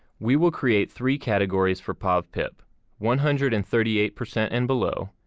we will create three categories for povpip one hundred and thirty eight percent and below,